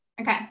Okay